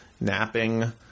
napping